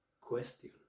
question